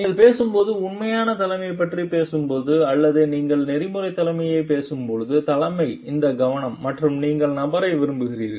நீங்கள் பேசும் போது உண்மையான தலைமையைப் பற்றி பேசும்போது அல்லது நீங்கள் நெறிமுறை தலைமையைப் பேசும்போது தலைமை இந்த கவனம் மற்றும் நீங்கள் நபரை விரும்புகிறீர்கள்